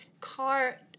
car